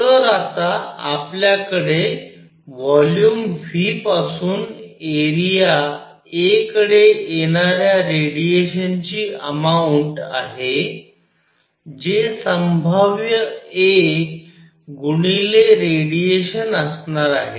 तर आता आपल्याकडे व्हॉल्यूम व्ही पासून एरिया a कडे येणाऱ्या रेडिएशनची अमाऊंट आहे जे संभाव्य a गुणिले रेडिएशन असणार आहे